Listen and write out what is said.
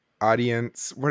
audience